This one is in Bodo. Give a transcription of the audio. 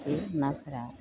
बे नाफोरा